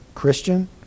Christian